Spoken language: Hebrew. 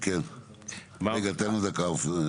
דקה.